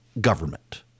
government